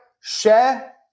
share